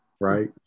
right